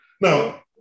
Now